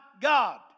God